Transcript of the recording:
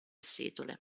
setole